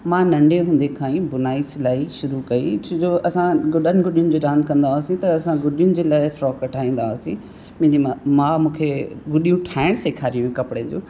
मां नंढे हूंदे खां ई बुनाई सिलाई शुरू कई छो जो असां गुॾा गुॾियुनि जी रांदि कंदा हुआसीं त असां गुॾियुनि जे लाइ फ्रॉक ठाहींदा हुआसीं मुंहिंजी माउ माउ मूंखे गुॾियूं ठाहिण सेखारियूं हुयूं कपिड़े जूं